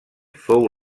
fou